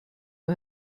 nur